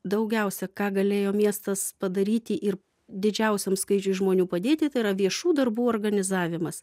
daugiausia ką galėjo miestas padaryti ir didžiausiam skaičiui žmonių padėti tai yra viešų darbų organizavimas